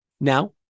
Now